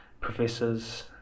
professors